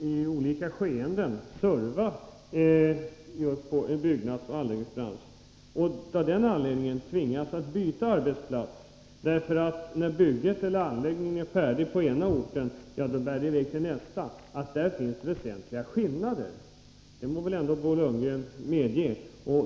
i olika skeenden servar just byggnadsoch anläggningsbranschen tvingas byta arbetsplats, för när bygget eller anläggningen är färdig på den ena orten bär det i väg till nästa. Att det finns väsentliga skillnader mellan dessa arbetstagare må väl Bo Lundgren medge.